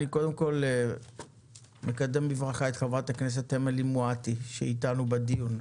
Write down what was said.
אני קודם כל מקדם בברכה את חברת הכנסת אמילי מואטי שאיתנו בדיון.